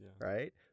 Right